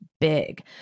big